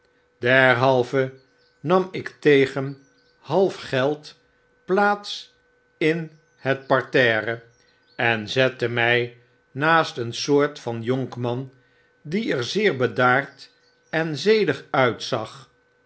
nam ik tegen halfgeld plaats in het paterre en zette my naast een soort van jonkman die er zeer bedaard enzediguitzag